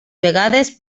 vegades